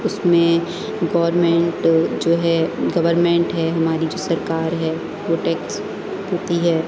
اس میں گورمنٹ جو ہے گورمنٹ ہے ہماری جو سرکار ہے وہ ٹیکس لیتی ہے